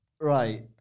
Right